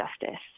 justice